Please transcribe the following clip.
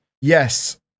Yes